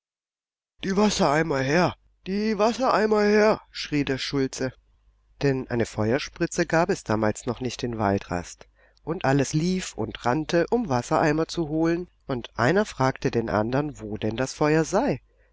die wassereimer her die wassereimer her schrie der schulze denn eine feuerspritze gab es damals noch nicht in waldrast und alles lief und rannte um wassereimer zu holen und einer fragte den andern wo denn das feuer sei